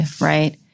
right